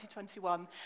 2021